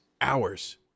hours